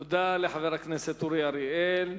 תודה לחבר הכנסת אורי אריאל.